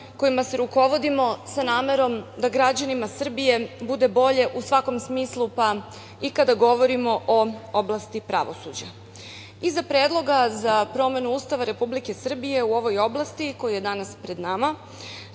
kojima se rukovodimo, sa namerom da građanima Srbije bude bolje u svakom smislu, pa i kada govorimo o oblasti pravosuđa. Iza Predloga za promenu Ustava Republike Srbije u ovoj oblasti koji je danas pred nama